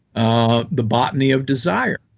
ah the botany of desire.